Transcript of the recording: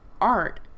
art